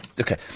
Okay